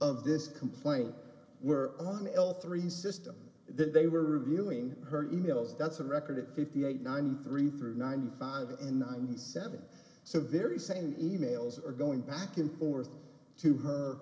of this complaint were on l three systems they were reviewing her e mails that's a record of fifty eight ninety three through ninety five in ninety seven so very same e mails are going back and forth to her